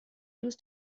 uns